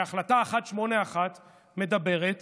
הרי החלטה 181 מדברת